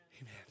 Amen